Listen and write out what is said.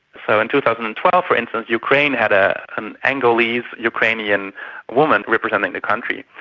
so in two thousand and twelve, for instance, ukraine had ah an angolese ukrainian woman representing the country.